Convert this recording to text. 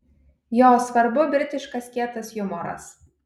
jo svarbu britiškas kietas jumoras